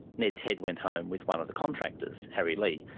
ned's head went home with one of the contractors, harry lee,